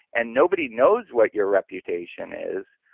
and nobody knows what your reputation is,